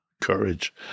courage